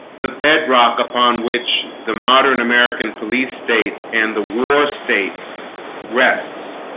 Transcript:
the bedrock upon which the modern american police state and the war state rests